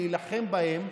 להילחם בהם,